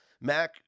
Mac